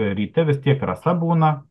ryte vis tiek rasa būna